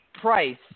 price